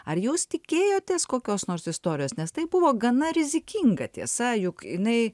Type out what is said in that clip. ar jūs tikėjotės kokios nors istorijos nes tai buvo gana rizikinga tiesa juk jinai